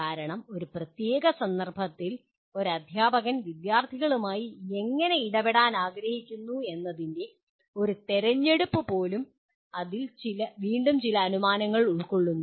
കാരണം ഒരു പ്രത്യേക സന്ദർഭത്തിൽ ഒരു അധ്യാപകൻ വിദ്യാർത്ഥികളുമായി എങ്ങനെ ഇടപെടാൻ ആഗ്രഹിക്കുന്നു എന്നതിൻ്റെ ഒരു തിരഞ്ഞെടുപ്പ് പോലും അതിൽ വീണ്ടും ചില അനുമാനങ്ങൾ ഉൾക്കൊള്ളുന്നു